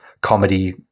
comedy